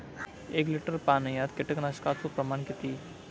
एक लिटर पाणयात कीटकनाशकाचो प्रमाण किती?